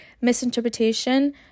misinterpretation